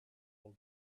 all